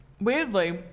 Weirdly